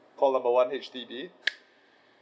call number one H_D_B